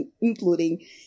including